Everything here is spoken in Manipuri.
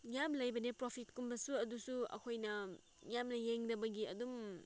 ꯌꯥꯝ ꯂꯩꯕꯅꯦ ꯄ꯭ꯔꯣꯐꯤꯠꯀꯨꯝꯕꯁꯨ ꯑꯗꯨꯁꯨ ꯑꯩꯈꯣꯏꯅ ꯌꯥꯝꯅ ꯌꯦꯡꯗꯕꯒꯤ ꯑꯗꯨꯝ